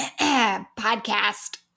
podcast